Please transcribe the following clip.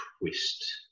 twist